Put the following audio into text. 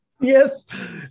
Yes